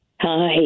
Hi